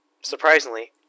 surprisingly